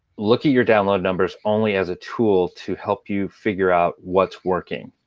look at your download numbers only as a tool to help you figure out what's working,